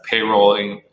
payrolling